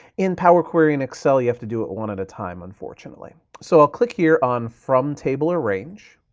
in power query in excel, you have to do it one at a time unfortunately. so i'll click here on from table or range.